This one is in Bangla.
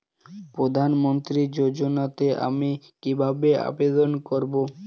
প্রধান মন্ত্রী যোজনাতে আমি কিভাবে আবেদন করবো?